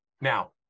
Now